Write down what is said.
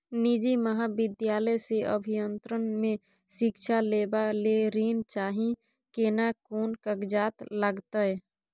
निजी महाविद्यालय से अभियंत्रण मे शिक्षा लेबा ले ऋण चाही केना कोन कागजात लागतै?